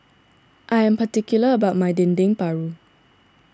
I am particular about my Dendeng Paru